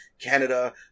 Canada